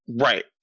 Right